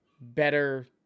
better